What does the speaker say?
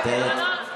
נוכח,